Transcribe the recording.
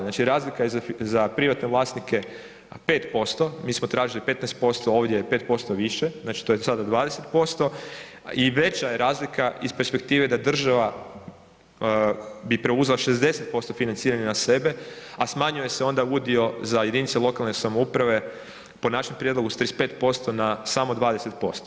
Znači razlika je za privatne vlasnike 5%, mi smo tražili 15%, ovdje je 5% više, znači to je sada 20% i veća je razlika iz perspektive da država bi preuzela 60% financiranja na sebe, a smanjuje se onda udio za jedinice lokalne samouprave po našem prijedlogu s 35% na samo 20%